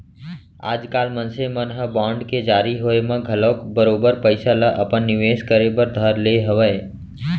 आजकाल मनसे मन ह बांड के जारी होय म घलौक बरोबर पइसा ल अपन निवेस करे बर धर ले हवय